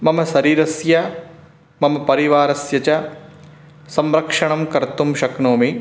मम शरीरस्य मम परिवारस्य च संरक्षणं कर्तुं शक्नोमि